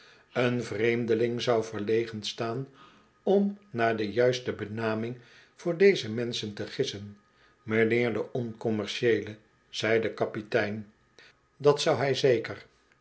een vreemdeling zou verlegen staan om naar de juiste benaming voor deze menschen te gissen m'nheer de oncommercieele zei de kapitein dat zou hij zeker